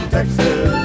Texas